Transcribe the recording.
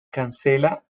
cancela